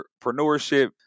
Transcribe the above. entrepreneurship